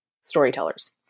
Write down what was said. storytellers